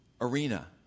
arena